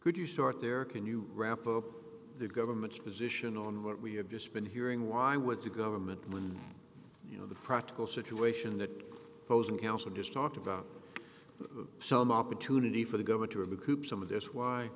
good you start there can you wrap up the government's position on what we have just been hearing why would the government when you know the practical situation that those in council just talk about some opportunity for the governor of the coop some of this why